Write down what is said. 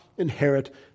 Inherit